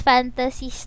Fantasy